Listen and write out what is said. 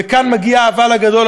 וכאן מגיע האבל הגדול,